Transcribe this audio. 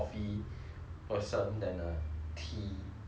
person than a tea tea person